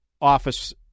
office